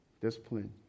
discipline